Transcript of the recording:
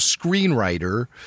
screenwriter